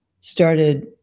started